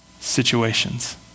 situations